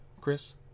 Chris